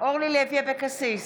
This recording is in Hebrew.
אורלי לוי אבקסיס,